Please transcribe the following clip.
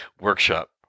workshop